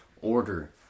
order